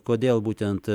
kodėl būtent